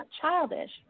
childish